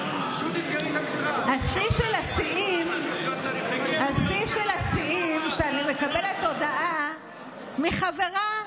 השיא של השיאים, שאני מקבלת הודעה מחברה,